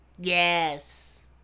yes